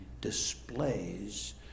displays